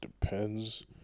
depends